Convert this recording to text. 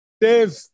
Dave